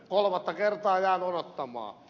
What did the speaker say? kolmatta kertaa jään odottamaan